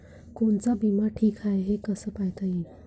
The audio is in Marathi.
कोनचा बिमा ठीक हाय, हे कस पायता येईन?